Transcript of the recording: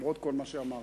למרות כל מה שאמרנו,